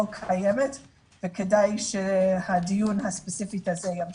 קיים וכדאי שהדיון הספציפי הזה ימשיך.